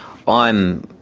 i'm,